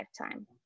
lifetime